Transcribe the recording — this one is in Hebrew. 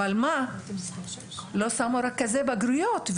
אבל לא שמו רכזי בגרויות,